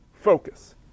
focus